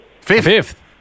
Fifth